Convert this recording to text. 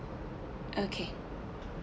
okay